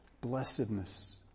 blessedness